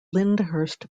lyndhurst